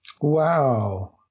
Wow